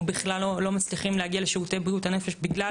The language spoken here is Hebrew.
או בכלל לא מצליחים להגיע לשירותי בריאות הנפש בגלל